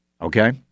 Okay